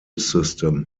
system